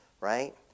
right